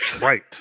Right